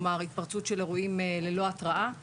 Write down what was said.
כלומר, התפרצות של אירועים ללא התרעה;